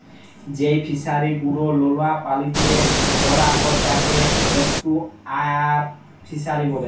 যেই ফিশারি গুলো লোলা পালিতে ক্যরা হ্যয় তাকে এস্টুয়ারই ফিসারী ব্যলে